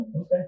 okay